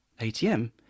ATM